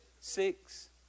six